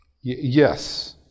yes